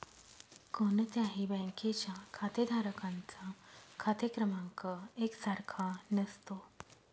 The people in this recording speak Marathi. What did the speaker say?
कोणत्याही बँकेच्या खातेधारकांचा खाते क्रमांक एक सारखा नसतो